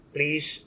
Please